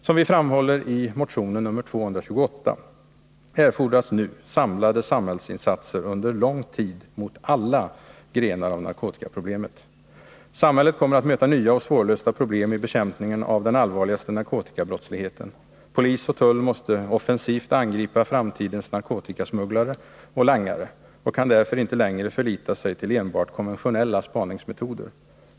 Som vi framhåller i motion nr 228 erfordras nu samlade samhällsinsatser under lång tid mot alla grenar av narkotikaproblemet. Samhället kommer att möta nya och svårlösta problem i bekämpningen av den allvarligaste narkotikabrottsligheten. Polis och tull måste offensivt angripa framtidens narkotikasmugglare och langare och kan därför inte längre förlita sig till enbart konventionella spaningsmetoder.